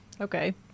Okay